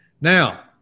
Now